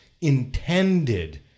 intended